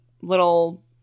little –